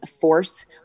force